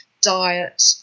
diet